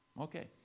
Okay